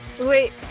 Wait